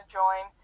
join